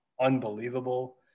unbelievable